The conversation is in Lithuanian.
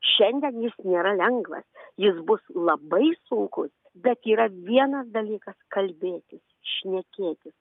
šiandien jis nėra lengvas jis bus labai sunkus bet yra vienas dalykas kalbėtis šnekėtis